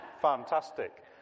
Fantastic